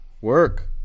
Work